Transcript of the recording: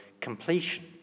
completion